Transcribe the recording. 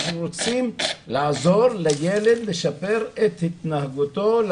אנחנו רוצים לעזור לילד לשפר את התנהגותו,